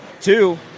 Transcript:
Two